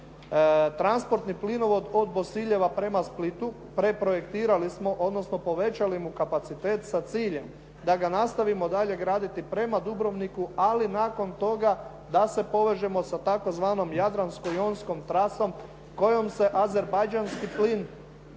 transportni plinovod od Bosiljeva prema Splitu preprojektirali smo, odnosno povećali mu kapacitet sa ciljem da ga nastavimo dalje graditi prema Dubrovniku, ali nakon toga da se povežemo sa tzv. Jadransko-Jonskom trasom kojom se azerbajdžanski plin